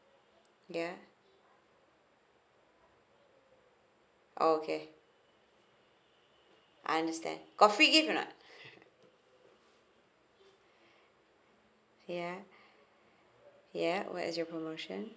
ya okay understand got free gift or not ya ya what is your promotion